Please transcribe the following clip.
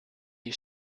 die